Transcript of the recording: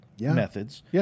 methods